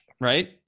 right